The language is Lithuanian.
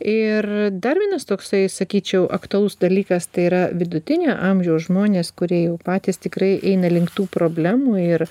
ir dar vienas toksai sakyčiau aktualus dalykas tai yra vidutinio amžiaus žmonės kurie jau patys tikrai eina link tų problemų ir